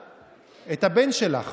מהמאבק התודעתי הזה,